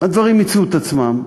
הדברים מיצו את עצמם.